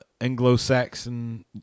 anglo-saxon